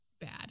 bad